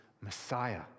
Messiah